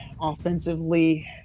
offensively